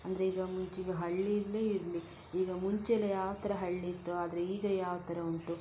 ಅಂದರೆ ಈಗ ಮುಂಚೆ ಈಗ ಹಳ್ಳಿಯಲ್ಲೇ ಇರಲಿ ಈಗ ಮುಂಚೆಯೆಲ್ಲ ಯಾವ ಥರ ಹಳ್ಳಿ ಇತ್ತು ಆದರೆ ಈಗ ಯಾವ ಥರ ಉಂಟು